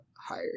higher